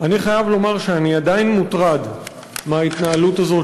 אני חייב לומר שאני עדיין מוטרד מההתנהלות הזאת